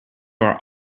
our